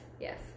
yes